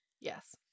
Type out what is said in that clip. yes